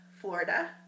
Florida